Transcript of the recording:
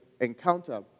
encounter